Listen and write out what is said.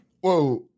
Whoa